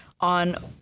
on